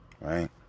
Right